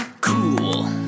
cool